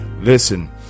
Listen